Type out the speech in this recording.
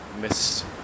missed